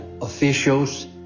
officials